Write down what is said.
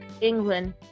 England